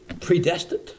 predestined